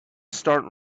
start